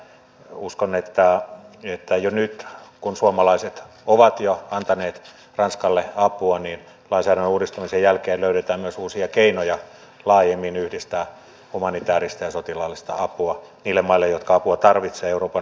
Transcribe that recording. uskon että jo nyt kun suomalaiset ovat jo antaneet ranskalle apua lainsäädännön uudistamisen jälkeen löydetään myös uusia keinoja laajemmin yhdistää humanitääristä ja sotilaallista apua niille maille jotka apua tarvitsevat euroopan unionin jäseninä